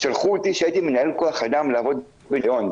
שלחו אותי, שהייתי מנהל כוח אדם, לעבוד בניקיון,